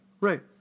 Right